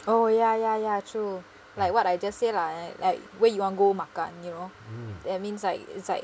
oh ya ya ya true like what I just say lah like where you want go makan you know that means like it's like